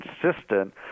consistent